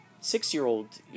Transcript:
six-year-old